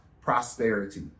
prosperity